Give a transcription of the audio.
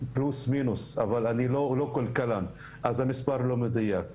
אבל אני לא כלכלן אז המספר לא מדויק.